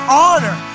honor